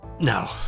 No